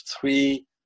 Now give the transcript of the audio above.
three